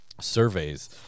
Surveys